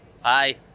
hi